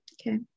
Okay